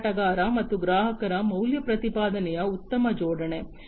ಮಾರಾಟಗಾರ ಮತ್ತು ಗ್ರಾಹಕರ ಮೌಲ್ಯ ಪ್ರತಿಪಾದನೆಯ ಉತ್ತಮ ಜೋಡಣೆ